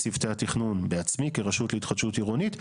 צוותי התכנון בעצמי כרשות להתחדשות עירונית,